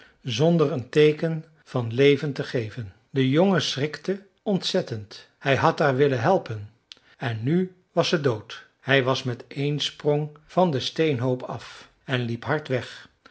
zonder een teeken van leven te geven de jongen schrikte ontzettend hij had haar willen helpen en nu was ze dood hij was met één sprong van den steenhoop af en liep hard weg